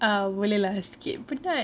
ah boleh lah sikit penat